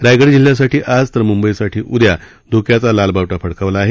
रायगड जिल्ह्यासाठी आज तर मुंबईसाठी उदया धोक्याचा लाल बावटा फडकवला आहे